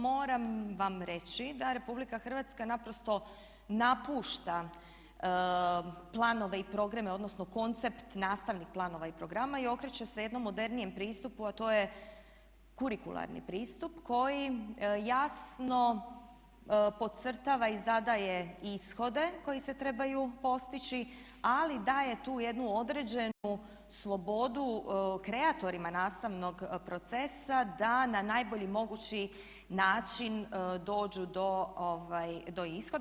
Moram vam reći da RH naprosto napušta planove i programe, odnosno koncept nastavnih planova i programa i okreće se jednom modernijem pristupu a to je kurikularni pristup koji jasno podcrtava i zadaje ishode koji se trebaju postići ali daje tu jednu određenu slobodu kreatorima nastavnog procesa da na najbolji mogući način dođu do ishoda.